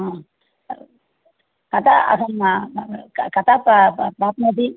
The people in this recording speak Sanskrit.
आम् अतः अहं क कदा पा प्राप्नोति